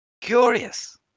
curious